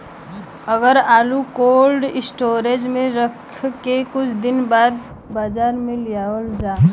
अगर आलू cold storage में रख के कुछ दिन बाद बाजार में लियावल जा?